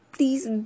Please